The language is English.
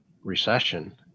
recession